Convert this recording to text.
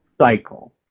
cycle